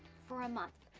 for a month,